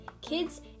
kids